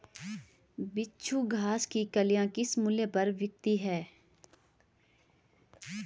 बिच्छू घास की कलियां किस मूल्य पर बिकती हैं?